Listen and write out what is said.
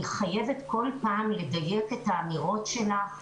אני חייבת כל פעם לדייק את האמירות שלך מחדש.